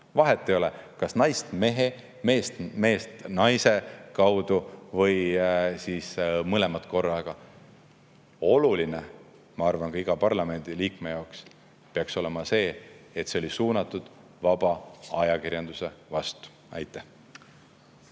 Vahet ei ole, kas naist mehe, meest naise kaudu või mõlemat korraga. Oluline, ma arvan, ka iga parlamendiliikme jaoks peaks olema see, et see oli suunatud vaba ajakirjanduse vastu. Arvo